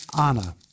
Anna